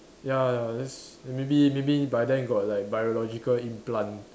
ya ya that's maybe maybe by then got like biological implant